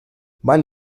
van